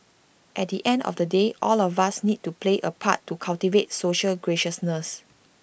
at the end of the day all of us need to play A part to cultivate social graciousness